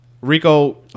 Rico